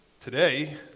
today